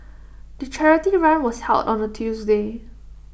the charity run was held on A Tuesday